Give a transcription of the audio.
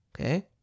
Okay